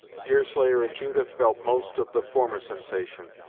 deerslayer and judith felt most of the former sensation,